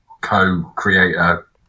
co-creator